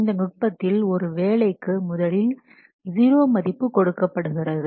இந்த நுட்பத்தில் ஒரு வேலைக்கு முதலில் 0 மதிப்பு கொடுக்கப்படுகிறது